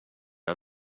jag